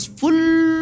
full